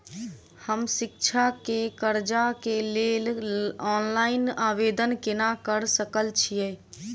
हम शिक्षा केँ कर्जा केँ लेल ऑनलाइन आवेदन केना करऽ सकल छीयै?